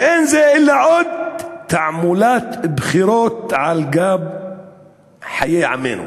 ואין זה אלא עוד תעמולת בחירות על גב חיי עמנו.